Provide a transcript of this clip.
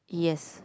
yes